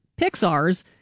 Pixar's